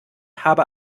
habe